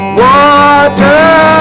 water